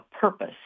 purpose